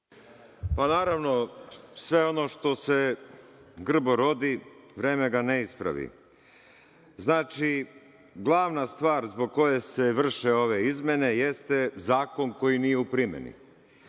Pa, naravno, sve ono što se grbo rodi, vreme ga ne ispravi. Znači, glavna stvar zbog koje se vrše ove izmene jeste zakon koji nije u primeni.